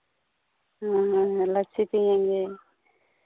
हाँ हाँ हाँ लस्सी पिएँगे